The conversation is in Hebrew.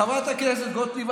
חברת הכנסת גוטליב.